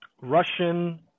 Russian